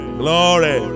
glory